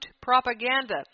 propaganda